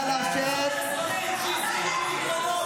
והמדינה תיתן לי אדמה ברמת גן.